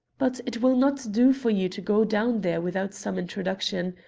but it will not do for you to go down there without some introduction.